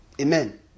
amen